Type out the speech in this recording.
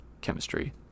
chemistry